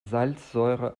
salzsäure